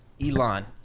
Elon